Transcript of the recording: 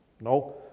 No